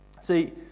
See